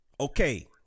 Okay